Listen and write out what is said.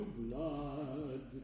blood